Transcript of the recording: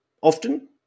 Often